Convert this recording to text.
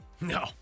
no